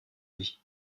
vie